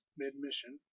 mid-mission